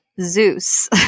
Zeus